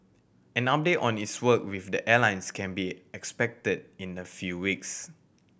an update on its work with the airlines can be expected in a few weeks